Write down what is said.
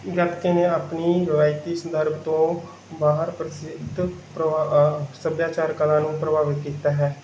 ਗੱਤਕੇ ਨੇ ਆਪਣੀ ਰਵਾਇਤੀ ਸੰਦਰਭ ਤੋਂ ਬਾਹਰ ਪ੍ਰਸਿੱਧ ਪਰਾ ਸੱਭਿਆਚਾਰ ਕਲਾ ਨੂੰ ਪ੍ਰਭਾਵਿਤ ਕੀਤਾ ਹੈ